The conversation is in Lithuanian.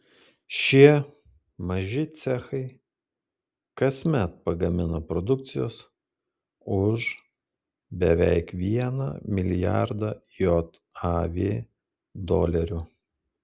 šie maži cechai kasmet pagamina produkcijos už beveik vieną milijardą jav dolerių